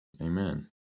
Amen